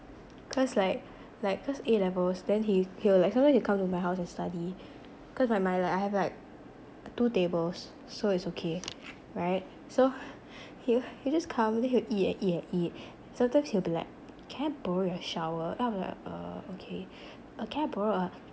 cause like like cause A-levels then he he will like suddenly he'll come to my house and study cause my my I like have like two tables so it's okay right so he~ he'll just come then he'll eat and eat and eat sometimes he'll be like can I borrow your shower then I'm like uh okay or can I borrow a